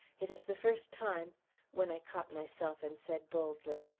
it is the first time when i caught myself and said boldly,